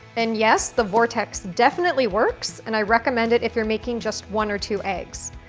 and yes the vortex definitely works, and i recommend it if you're making just one or two eggs.